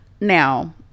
now